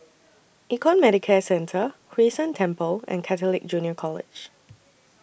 Econ Medicare Centre Hwee San Temple and Catholic Junior College